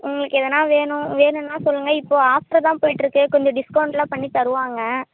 உங்களுக்கு எதனா வேணும் வேணுன்னா சொல்லுங்கள் இப்போ ஆஃபர் தான் போயிட்டுருக்கு கொஞ்சம் டிஸ்கவுண்ட் எல்லாம் பண்ணி தருவாங்க